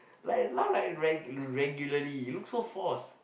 like laugh like regularly you look so forced